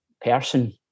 person